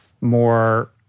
more